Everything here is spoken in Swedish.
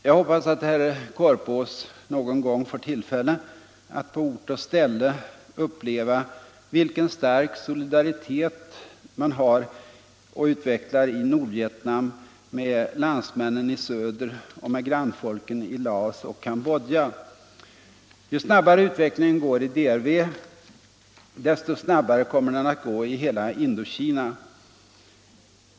Jag hoppas att herr Korpås någon gång får tillfälle att på ort och ställe uppleva vilken stark solidaritet man utvecklar i Nordvietnam med landsmännen i söder och med grannfolken i Laos och Cambodja. Ju snabbare utvecklingen går i DRV, desto snabbare kommer den att gå i hela Indokina.